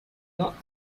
not